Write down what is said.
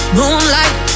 moonlight